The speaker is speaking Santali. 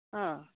ᱚ